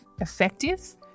effective